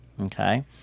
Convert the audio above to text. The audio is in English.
okay